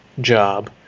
job